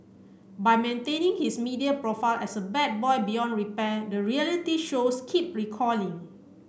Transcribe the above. by maintaining his media profile as a bad boy beyond repair the reality shows keep calling